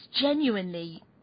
genuinely